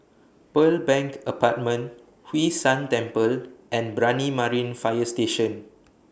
Pearl Bank Apartment Hwee San Temple and Brani Marine Fire Station